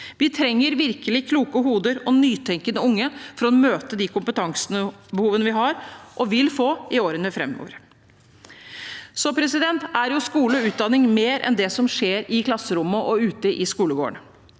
Vi trenger virkelig kloke hoder og nytenkende unge for å møte de kompetansebehovene vi har og vil få i årene framover. Skole og utdanning er mer enn det som skjer i klasserommet og ute i skolegården.